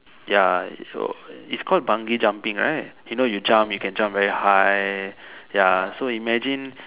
ya so it's called Bungee jumping right you know you jump you can jump very high ya so imagine